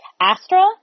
Astra